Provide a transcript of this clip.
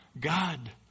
God